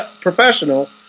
professional